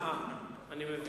אני מבין.